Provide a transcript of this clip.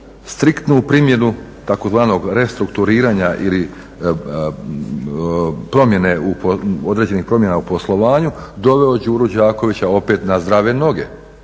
striktnu primjenu tzv. restrukturiranja ili promjene, određenih promjena u poslovanju doveo Đuru Đakovića opet na zdrave noge.